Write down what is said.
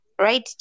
Right